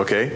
ok